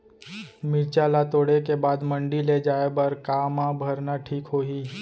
मिरचा ला तोड़े के बाद मंडी ले जाए बर का मा भरना ठीक होही?